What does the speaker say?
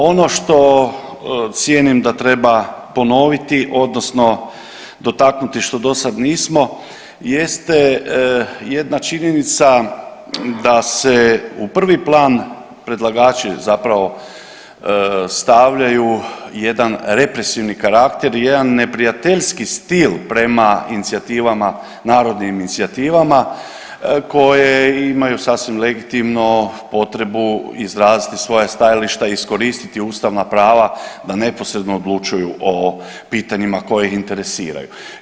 Ono što cijenim da treba ponoviti, odnosno dotaknuti što dosad nismo jeste jedna činjenica da se u prvi predlagači zapravo stavljaju jedan represivni karakter, jedan neprijateljski stil prema inicijativama, narodnim inicijativama koje imaju sasvim legitimno potrebu izraziti svoja stajališta, iskoristiti ustavna prava na neposredno odlučuju o pitanjima koje ih interesiraju.